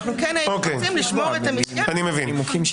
אני מבין.